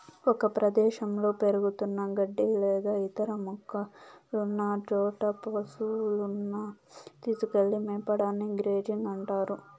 ఒక ప్రదేశంలో పెరుగుతున్న గడ్డి లేదా ఇతర మొక్కలున్న చోట పసువులను తీసుకెళ్ళి మేపడాన్ని గ్రేజింగ్ అంటారు